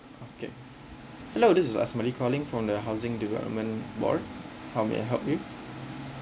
okay hello this is asmadi calling from the housing development board how may I help you